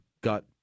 got